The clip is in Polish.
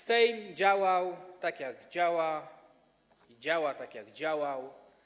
Sejm działał tak, jak działa, i działa tak, jak działał.